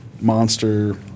monster